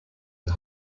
and